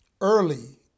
early